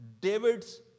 David's